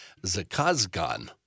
Zakazgan